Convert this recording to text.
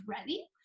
ready